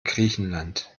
griechenland